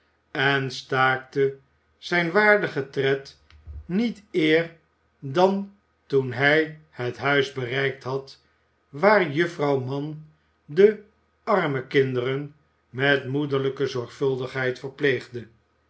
en staakte zijn waardigen tred niet eer dan toen hij het huis bereikt had waar juffrouw mann de armenkinderen met moederlijke zorgvuldigheid verpleegde